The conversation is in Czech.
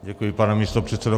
Děkuji, pane místopředsedo.